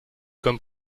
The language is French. comme